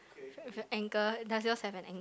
with a anchor does yours have an anc~